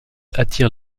attire